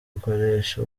dukoreshe